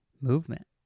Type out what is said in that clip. movement